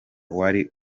wari